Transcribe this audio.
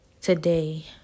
today